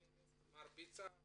מרביצה,